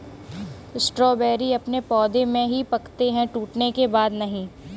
strawberry अपने पौधे में ही पकते है टूटने के बाद नहीं